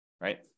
right